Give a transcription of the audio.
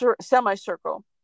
semicircle